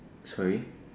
sorry